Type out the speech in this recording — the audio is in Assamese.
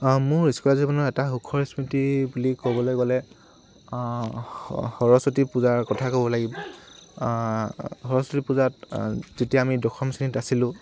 মোৰ স্কুলীয়া জীৱনৰ এটা সুখৰ স্মৃতি বুলি ক'বলৈ গ'লে সৰস্বতী পূজাৰ কথা ক'ব লাগিব সৰস্বতী পূজাত যেতিয়া আমি দশম শ্ৰেণীত আছিলোঁ